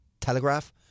Telegraph